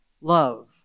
love